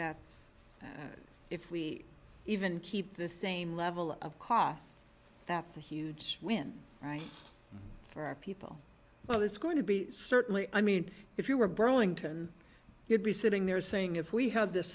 that's if we even keep the same level of costs that's a huge win for people well it's going to be certainly i mean if you were burlington you'd be sitting there saying if we have this